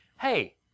hey